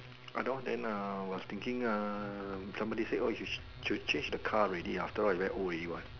I don't think uh I was thinking uh somebody should change the car already after all very old already what